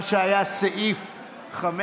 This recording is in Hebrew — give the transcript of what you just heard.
מה שהיה סעיף 5,